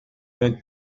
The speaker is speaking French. vingt